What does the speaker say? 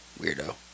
weirdo